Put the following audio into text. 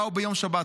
באו ביום שבת,